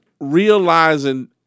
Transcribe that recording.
realizing